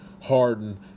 Harden